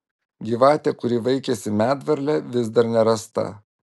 gyvatė kuri vaikėsi medvarlę vis dar nerasta